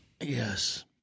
Yes